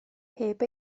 heb